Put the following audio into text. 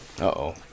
Uh-oh